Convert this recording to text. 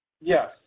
yes